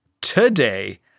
today